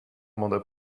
mandats